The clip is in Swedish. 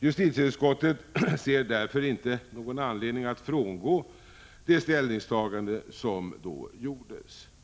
Justitieutskottet ser därför ingen anledning att frångå det ställningstagande som då gjordes.